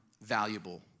valuable